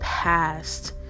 past